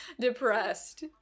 depressed